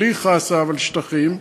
בלי חסה אבל שטחים,